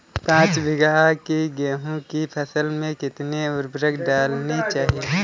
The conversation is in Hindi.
पाँच बीघा की गेहूँ की फसल में कितनी उर्वरक डालनी चाहिए?